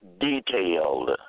detailed